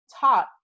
taught